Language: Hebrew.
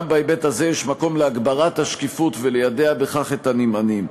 גם בהיבט הזה יש מקום להגברת השקיפות וליידע בכך את הנמענים.